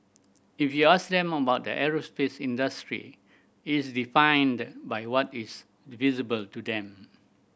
if you ask them about the aerospace industry it's defined by what is visible to them